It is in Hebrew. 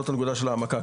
זאת הנקודה של העמקה,